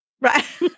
Right